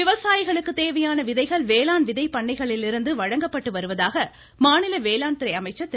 விவசாயிகளுக்கு தேவையான விதைகள் வேளாண் விதை பண்ணைகளிலிருந்து வழங்கப்பட்டு வருவதாக மாநில வேளாண்துறை அமைச்சர் திரு